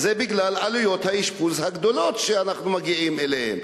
זה בגלל עלויות האשפוז הגדולות שאנחנו מגיעים אליהן.